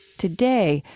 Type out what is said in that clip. today,